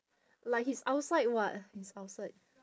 like he's outside [what] he's outside